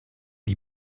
die